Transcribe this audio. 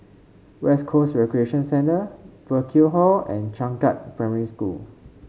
West Coast Recreation Centre Burkill Hall and Changkat Primary School